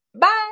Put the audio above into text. bye